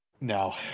No